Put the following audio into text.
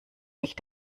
mich